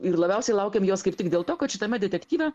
ir labiausiai laukėm jos kaip tik dėl to kad šitame detektyve